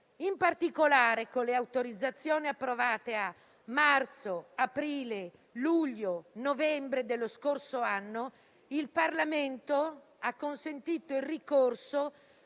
In particolare, con le autorizzazioni approvate a marzo, aprile, luglio e novembre dello scorso anno, il Parlamento ha consentito il ricorso